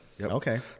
Okay